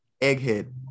Egghead